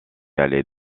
allait